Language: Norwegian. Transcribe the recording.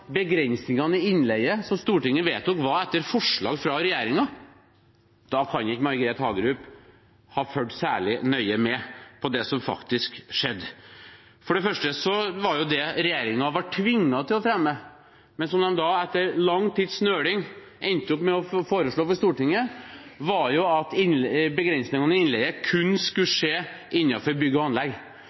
begrensningene i innleie som Stortinget vedtok, var etter forslag fra regjeringen. Da kan ikke Margret Hagerup ha fulgt særlig nøye med på det som faktisk skjedde. For det første var det jo slik at regjeringen var tvunget til å fremme det, men det som de etter lang tids nøling endte opp med å foreslå for Stortinget, var at begrensningene i innleie kun skulle skje innenfor bygg og anlegg,